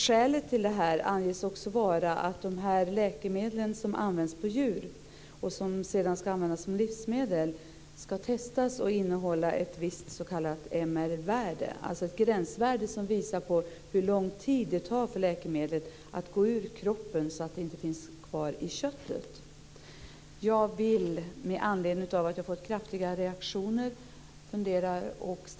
Skälet till det här anges också vara att de läkemedel som används på djur som sedan ska användas som livsmedel ska testas och innehålla ett visst s.k. MR värde, alltså ett gränsvärde som visar hur lång tid det tar för läkemedlet att gå ur kroppen så att det inte finns kvar i köttet.